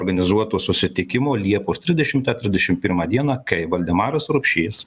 organizuoto susitikimo liepos trisdešimtą trisdešim pirmą dieną kai valdemaras rupšys